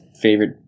favorite